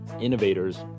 innovators